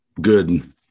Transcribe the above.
good